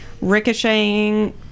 ricocheting